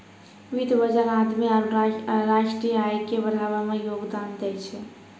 वित्त बजार आदमी आरु राष्ट्रीय आय के बढ़ाबै मे योगदान दै छै